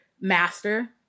master